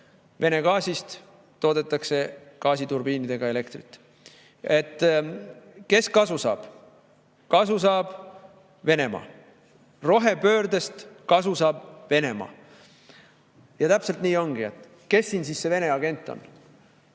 Vene gaasist toodetakse gaasiturbiinidega elektrit. Kes kasu saab? Kasu saab Venemaa. Rohepöördest saab kasu Venemaa. Ja täpselt nii ongi. Kes siin siis Vene agent on?